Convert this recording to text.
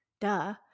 Duh